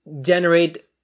generate